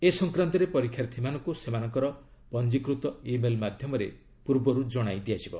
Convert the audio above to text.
ଏ ସଂକ୍ରାନ୍ତରେ ପରୀକ୍ଷାର୍ଥୀମାନଙ୍କୁ ସେମାନଙ୍କର ପଞ୍ଜିକୃତ ଇ ମେଲ୍ ମାଧ୍ୟମରେ ଜଣାଇ ଦିଆଯିବ